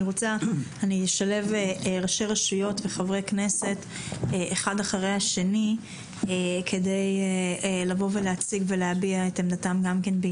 אשלב ראשי רשויות מקומיות וחברי כנסת אחד אחרי השני כדי להביע את עמדתם.